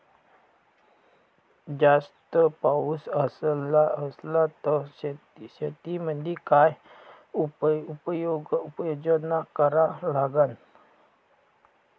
जास्त पाऊस असला त शेतीमंदी काय उपाययोजना करा लागन?